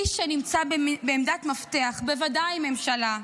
איש שנמצא בעמדת מפתח, בוודאי ממשלה.